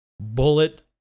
Bullet